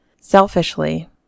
Selfishly